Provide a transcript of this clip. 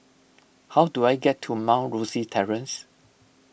how do I get to Mount Rosie Terrace